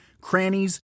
crannies